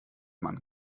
mann